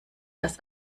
dass